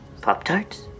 Pop-tarts